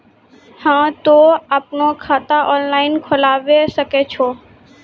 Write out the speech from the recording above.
हाँ तोय आपनो खाता ऑनलाइन खोलावे सकै छौ?